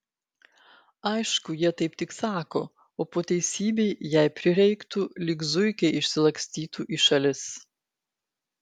aišku jie taip tik sako o po teisybei jei prireiktų lyg zuikiai išsilakstytų į šalis